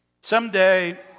Someday